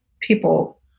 people